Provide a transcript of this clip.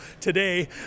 today